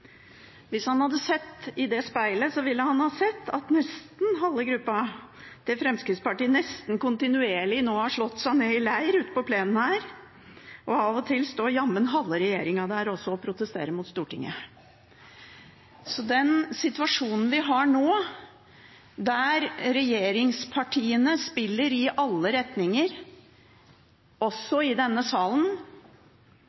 Hvis han hadde sett i det speilet, ville han ha sett at nesten halve gruppa til Fremskrittspartiet nesten kontinuerlig nå har slått seg ned i en leir ute på plenen her. Og av og til står jammen også halve regjeringen der og protesterer mot Stortinget. Så den situasjonen vi har nå, der regjeringspartiene spiller i alle retninger, også